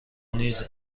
نیز